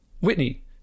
Whitney